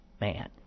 man